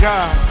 God